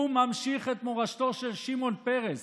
הוא ממשיך את מורשתו של שמעון פרס.